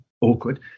awkward